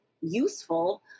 useful